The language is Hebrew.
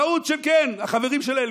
טעות, כן, החברים של אלקין,